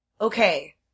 okay